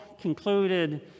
concluded